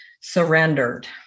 surrendered